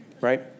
right